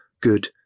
good